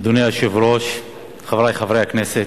אדוני היושב-ראש, חברי חברי הכנסת,